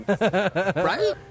right